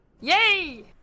Yay